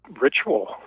ritual